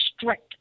strict